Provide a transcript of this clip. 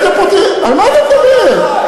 על מה אתה מדבר?